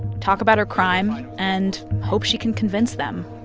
talk about her crime and hope she can convince them